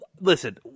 Listen